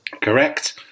Correct